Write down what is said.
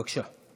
בבקשה.